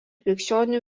krikščionių